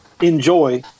enjoy